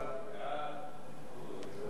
ההצעה